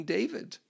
David